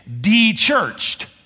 de-churched